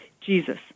jesus